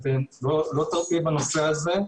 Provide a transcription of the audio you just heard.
לא תרפי בנושא הזה.